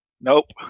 nope